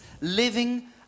living